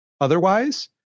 otherwise